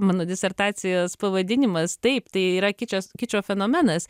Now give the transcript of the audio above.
mano disertacijos pavadinimas taip tai yra kičas kičo fenomenas